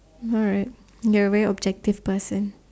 alright you're a very objective person